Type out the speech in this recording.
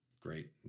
Great